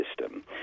system